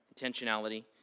intentionality